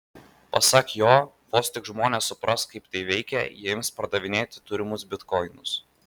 pasak jo vos tik žmonės supras kaip tai veikia jie ims pardavinėti turimus bitkoinus